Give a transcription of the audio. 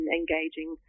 engaging